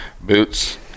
boots